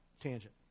tangent